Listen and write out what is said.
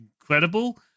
incredible